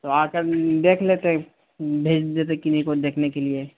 تو آ کر دیکھ لیتے بھیج دیتے کنہیں کو دیکھنے کے لیے